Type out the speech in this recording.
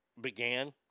began